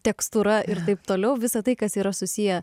tekstūra ir taip toliau visa tai kas yra susiję